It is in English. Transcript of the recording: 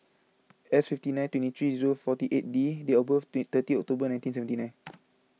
S fifty nine twenty three zero forty eight D date of birth is thirty October nineteen seventy nine